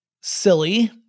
silly